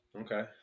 okay